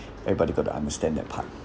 everybody got to understand their part